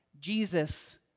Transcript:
Jesus